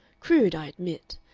crude, i admit.